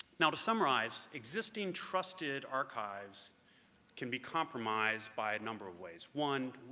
now to summarize, existing trusted archives can be compromised by a number of ways. one,